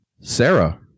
Sarah